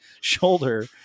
shoulder